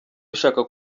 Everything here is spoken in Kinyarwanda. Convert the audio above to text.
ushaka